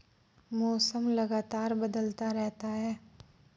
मौसम लगातार बदलता रहता है